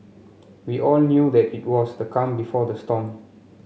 we all knew that it was the calm before the storm